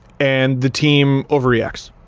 and the team overreacts.